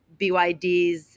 BYDs